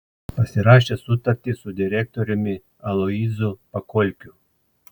pasirašė sutartį su direktoriumi aloyzu pakolkiu